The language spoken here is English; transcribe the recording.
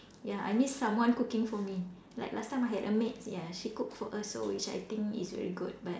ya I miss someone cooking for me like last time I had a maid ya she cook for us so which I think is very good but